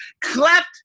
Cleft